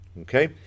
okay